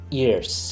years